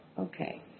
okay